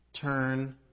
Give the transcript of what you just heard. turn